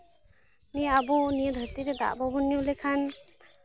ᱱᱤᱭᱟᱹ ᱟᱵᱚ ᱱᱤᱭᱟᱹ ᱫᱷᱟᱹᱨᱛᱤ ᱨᱮ ᱫᱟᱜ ᱵᱟᱵᱚᱱ ᱧᱩ ᱞᱮᱠᱷᱟᱱ